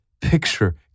picture